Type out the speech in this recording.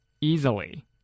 easily